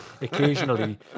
occasionally